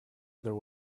other